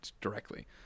directly